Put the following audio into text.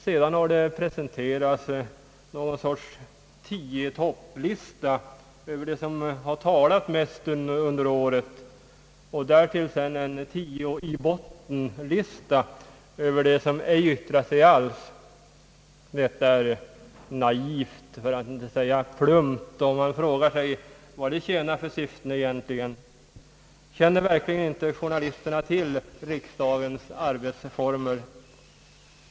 Sedan har det presenterats någon sorts »tio i topp»-lista över dem som talat mest under året och därtill en »tio i botten»-lista över dem som inte yttrat sig alls. Detta är naivt, för att inte säga plumpt, och man frågar sig vad det tjänar för syften. Känner verkligen inte journalisterna till riksdagens arbetsformer?